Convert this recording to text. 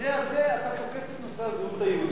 במקרה הזה אתה תוקף את נושא הזהות היהודית,